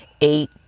eight